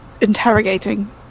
interrogating